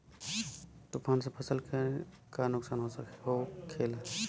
तूफान से फसल के का नुकसान हो खेला?